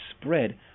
spread